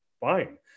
fine